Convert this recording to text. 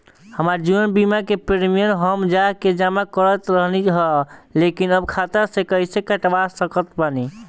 हमार जीवन बीमा के प्रीमीयम हम जा के जमा करत रहनी ह लेकिन अब खाता से कइसे कटवा सकत बानी?